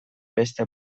beste